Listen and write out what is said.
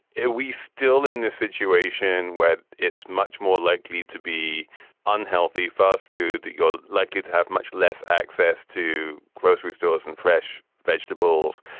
ah we still in this situation situation where it's much more likely to be unhealthy fast food, that you're likely to have much less access to grocery stores and fresh vegetables?